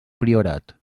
priorat